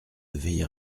veiller